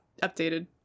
updated